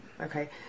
Okay